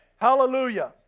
Hallelujah